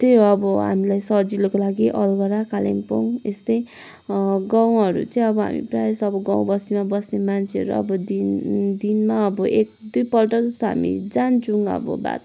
त्यही हो अब हामीलाई सजिलोको लागि अलगढा कालिम्पोङ यस्तै गाउँहरू चाहिँ अब हामी प्रायः जसो गाउँ बस्तीमा बस्ने मान्छेहरू अब दिनमा अब एक दुईपल्ट जस्तो हामी जान्छौँ अब